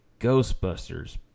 Ghostbusters